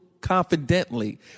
confidently